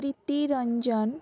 Preeti Ranjan